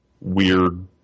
weird